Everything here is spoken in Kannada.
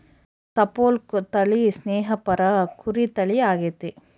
ಸಪೋಲ್ಕ್ ತಳಿ ಸ್ನೇಹಪರ ಕುರಿ ತಳಿ ಆಗೆತೆ